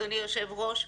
אדוני היושב-ראש,